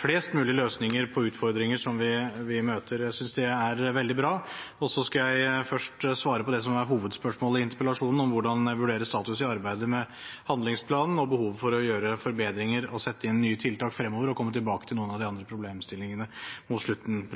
flest mulig løsninger på utfordringer som vi møter. Jeg synes det er veldig bra. Jeg skal først svare på det som er hovedspørsmålet i interpellasjonen, hvordan jeg vurderer status i arbeidet med handlingsplanen og behovet for å gjøre forbedringer og sette inn nye tiltak fremover – og så komme tilbake til noen av de andre problemstillingene mot slutten.